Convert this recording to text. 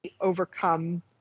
overcome